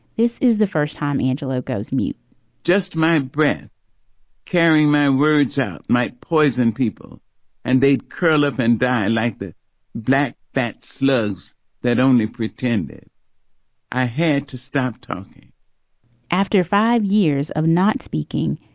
this is the first time angelakos me just my brain carrying my words out might poison people and they curl up and die like this black belt slurs that only pretended i had to stop talking after five years of not speaking,